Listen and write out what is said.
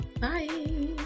bye